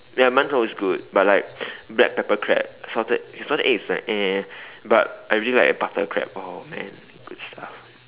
ya 馒头 is good but like black pepper crab salted salted egg is like eh but I really like the butter crab oh man good stuff